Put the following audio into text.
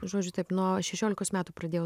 žodžiu taip nuo šešiolikos metų pradėjau